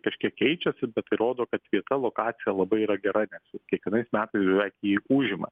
kažkiek keičiasi bet tai rodo kad kita lokacija labai yra gera nes kiekvienais metais beveik jį užima